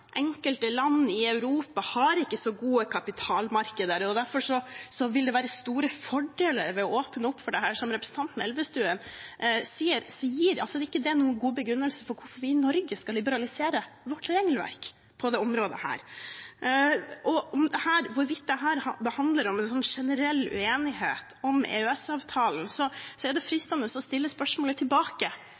enkelte land i Europa ikke har så gode kapitalmarkeder, og derfor vil det være store fordeler med å åpne for dette, som representanten Elvestuen sier, gir altså ikke det noen god begrunnelse for hvorfor vi i Norge skal liberalisere vårt regelverk på dette området. Når det gjelder hvorvidt dette handler om en generell uenighet om EØS-avtalen, er det fristende å stille spørsmålet tilbake,